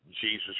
Jesus